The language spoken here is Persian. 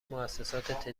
موسسات